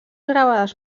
gravades